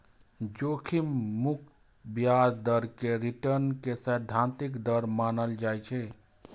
जोखिम मुक्त ब्याज दर कें रिटर्न के सैद्धांतिक दर मानल जाइ छै